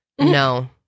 no